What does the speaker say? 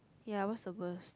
ya what's the worst